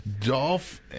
Dolph